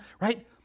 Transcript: right